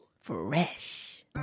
fresh